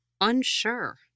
Unsure